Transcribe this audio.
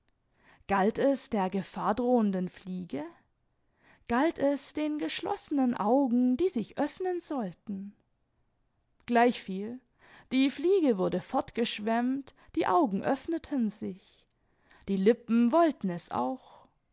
galt es der gefahrdrohenden fliege galt es den geschlossenen augen die sich öffnen sollten gleichviel die fliege wurde fortgeschwemmt die augen öffneten sich die lippen wollten es auch